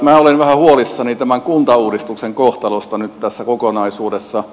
minä olen vähän huolissani tämän kuntauudistuksen kohtalosta nyt tässä kokonaisuudessa